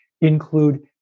include